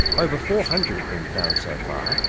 over four hundred have been found so far,